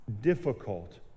difficult